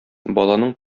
баланың